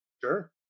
sure